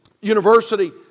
University